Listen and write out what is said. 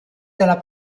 della